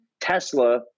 Tesla